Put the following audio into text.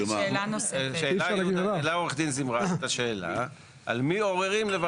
שאלה עורכת הדין זמרת את השאלה, על מי עוררים?